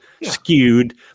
skewed